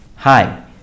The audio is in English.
Hi